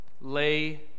lay